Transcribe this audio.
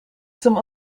some